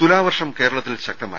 തുലാവർഷം കേരളത്തിൽ ശക്തമായി